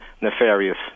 nefarious